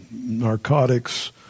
narcotics